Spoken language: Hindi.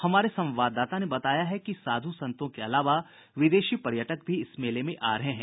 हमारे संवाददाता ने बताया है कि साधु संतों के अलावा विदेशी पर्यटक भी इस मेले में आ रहे हैं